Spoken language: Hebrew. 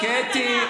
קטי.